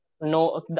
no